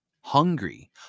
hungry